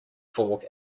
fork